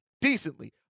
decently